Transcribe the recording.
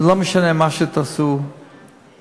לא משנה מה שתעשו בגיור,